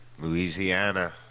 Louisiana